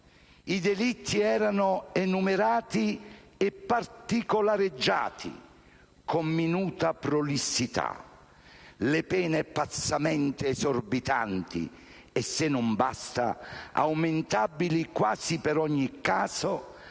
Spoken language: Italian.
i delitti erano enumerati, e particolareggiati, con minuta prolissità; le pene, pazzamente esorbitanti e, se non basta, aumentabili, quasi per ogni caso,